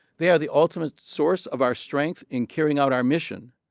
they are the ultimate source of our strength in carrying out our mission,